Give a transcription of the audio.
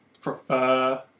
prefer